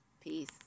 Peace